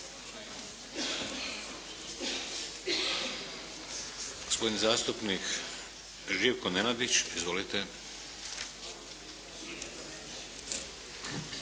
Gospodin zastupnik Živko Nenadić. Izvolite.